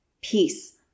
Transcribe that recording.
peace